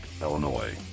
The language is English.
Illinois